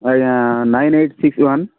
ଆଜ୍ଞା nine eight six one